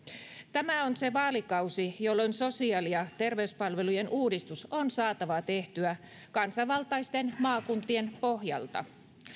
tämä on se vaalikausi jolloin sosiaali ja terveyspalvelujen uudistus on saatava tehtyä kansanvaltaisten maakuntien pohjalta